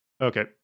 okay